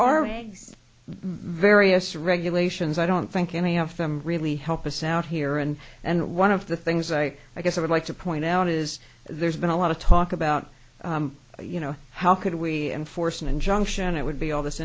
are various regulations i don't think any of them really help us out here and and one of the things i i guess i would like to point out is there's been a lot of talk about you know how could we enforce an injunction it would be all this